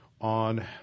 on